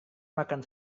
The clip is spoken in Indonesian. makan